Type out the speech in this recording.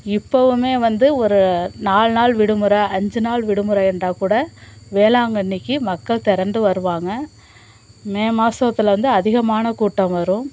இப்பவுமே வந்து ஒரு நாலு நாள் விடுமுறை அஞ்சு நாள் விடுமுறை என்றால் கூட வேளாங்கண்ணிக்கு மக்கள் திரண்டு வருவாங்கள் மே மாசத்தில் வந்து அதிகமான கூட்டம் வரும்